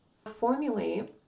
formulate